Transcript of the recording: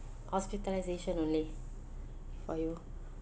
hospitalisation only for you